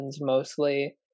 mostly